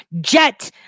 jet